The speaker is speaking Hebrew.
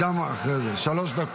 הוראה ושלילת